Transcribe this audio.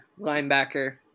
linebacker